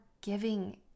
giving